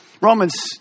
Romans